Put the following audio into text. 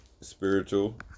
spiritual